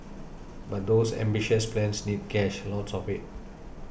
but those ambitious plans need cash lots of it